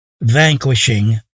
vanquishing